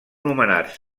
nomenat